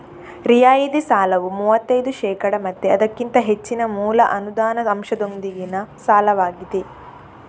ರಿಯಾಯಿತಿ ಸಾಲವು ಮೂವತ್ತೈದು ಶೇಕಡಾ ಮತ್ತೆ ಅದಕ್ಕಿಂತ ಹೆಚ್ಚಿನ ಮೂಲ ಅನುದಾನ ಅಂಶದೊಂದಿಗಿನ ಸಾಲವಾಗಿದೆ